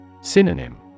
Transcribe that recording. Synonym